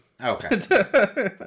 Okay